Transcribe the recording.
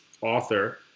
author